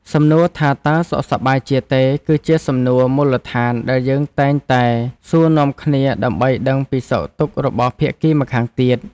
សំណួរថាតើសុខសប្បាយជាទេ គឺជាសំណួរមូលដ្ឋានដែលយើងតែងតែសួរនាំគ្នាដើម្បីដឹងពីសុខទុក្ខរបស់ភាគីម្ខាងទៀត។